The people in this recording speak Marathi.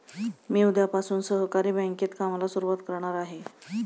मी उद्यापासून सहकारी बँकेत कामाला सुरुवात करणार आहे